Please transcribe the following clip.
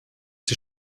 die